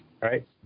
right